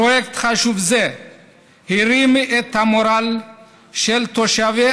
פרויקט חשוב זה הרים את המורל של תושבי